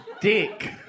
Dick